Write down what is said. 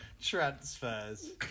transfers